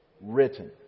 written